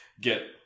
get